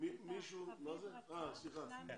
נכון.